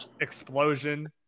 explosion